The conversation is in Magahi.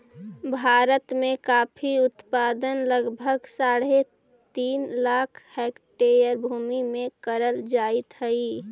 भारत में कॉफी उत्पादन लगभग साढ़े तीन लाख हेक्टेयर भूमि में करल जाइत हई